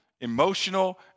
emotional